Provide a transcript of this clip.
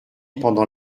pendant